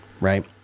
right